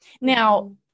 Now